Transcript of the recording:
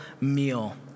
meal